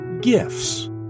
gifts